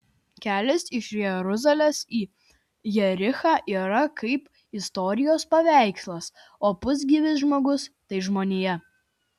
kelias iš jeruzalės į jerichą yra kaip istorijos paveikslas o pusgyvis žmogus tai žmonija